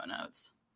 notes